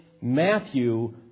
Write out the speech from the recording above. Matthew